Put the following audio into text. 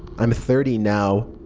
i'm thirty now.